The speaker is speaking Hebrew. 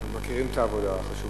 אנחנו מכירים את העבודה החשובה.